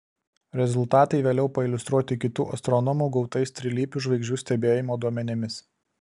rezultatai vėliau pailiustruoti kitų astronomų gautais trilypių žvaigždžių stebėjimo duomenimis